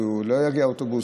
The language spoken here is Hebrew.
לא יגיע אוטובוס.